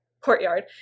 courtyard